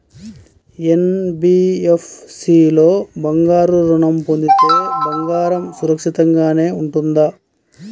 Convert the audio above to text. NBFC లో బంగారు ఋణం పొందితే బంగారం సురక్షితంగానే ఉంటుందా?